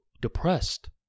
depressed